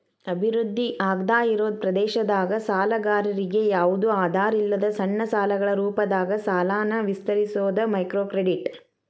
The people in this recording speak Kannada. ಅಭಿವೃದ್ಧಿ ಆಗ್ದಾಇರೋ ಪ್ರದೇಶದಾಗ ಸಾಲಗಾರರಿಗಿ ಯಾವ್ದು ಆಧಾರಿಲ್ಲದ ಸಣ್ಣ ಸಾಲಗಳ ರೂಪದಾಗ ಸಾಲನ ವಿಸ್ತರಿಸೋದ ಮೈಕ್ರೋಕ್ರೆಡಿಟ್